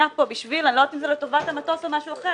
היה פה בשביל אני לא יודעת אם זה לטובת המטוס או משהו אחר